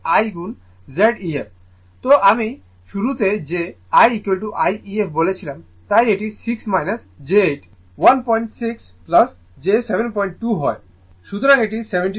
সুতরাং আমি শুরুতে যে II ef বলেছিলাম তাই এটি 6 j 8 গুণ 16 j 72 হয়